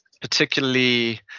particularly